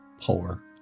poor